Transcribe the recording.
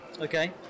Okay